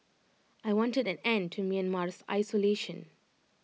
I wanted an end to Myanmar's isolation